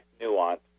nuance